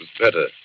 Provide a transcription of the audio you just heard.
better